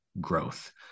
growth